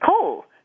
coal